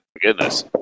goodness